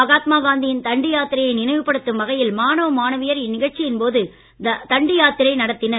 மகாத்மா காந்தியின் தண்டி யாத்திரையை நினைவுபடுத்தும் வகையில் மாணவ மாணவியர் இந்நிகழ்ச்சியின் போது தண்டி யாத்திரை நடத்தினர்